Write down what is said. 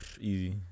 easy